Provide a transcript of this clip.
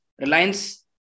Reliance